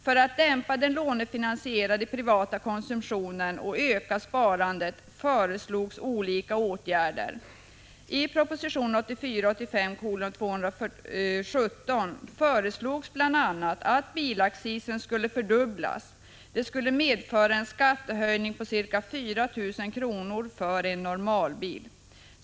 För att dämpa den lånefinansierade privata konsumtionen och öka sparandet föreslogs olika åtgärder. I proposition 1984/85:217 föreslogs bl.a. att bilaccisen skulle fördubblas. Det skulle medföra en skattehöjning på ca 4 000 kr. för en normalbil.